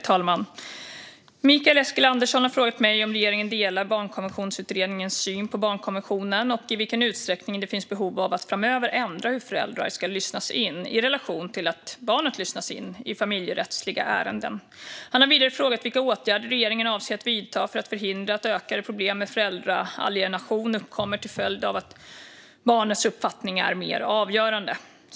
Herr talman! har frågat mig om regeringen delar Barnkonventionsutredningens syn på barnkonventionen och i vilken utsträckning det finns behov av att framöver ändra hur föräldrar ska lyssnas in, i relation till att barnet lyssnas in, i familjerättsliga ärenden. Han har vidare frågat vilka åtgärder regeringen avser att vidta för att förhindra att ökade problem med föräldraalienation uppkommer till följd av att barnets uppfattning är mer avgörande.